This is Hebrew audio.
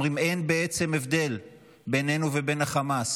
אומרים שאין בעצם הבדל בינינו ובין החמאס,